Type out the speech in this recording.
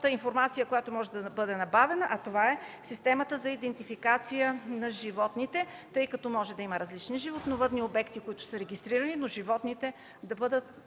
информация, която може да бъде набавена, а това е системата за идентификация на животните, тъй като може да има различни животновъдни обекти, които са регистрирани, но животните да бъдат